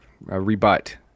rebut